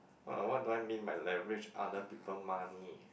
what what do I mean by leverage other people money